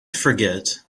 forget